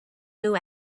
nhw